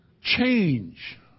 Change